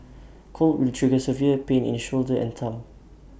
cold will trigger severe pain in shoulder and thumb